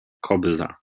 kobza